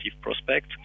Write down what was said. prospect